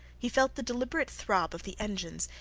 he felt the deliberate throb of the engines,